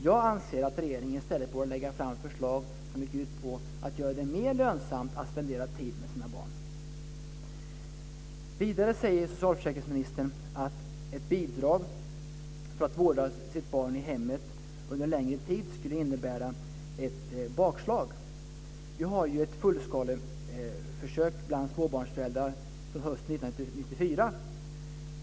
Jag anser att regeringen i stället borde lägga fram förslag som gick ut på att göra det mer lönsamt att spendera tid med sina barn. Vidare säger socialförsäkringsministern att ett bidrag för att vårda sitt barn i hemmet under en längre tid skulle innebära ett bakslag. Vi har ju ett fullskaleförsök bland småbarnsföräldrar från hösten 1994.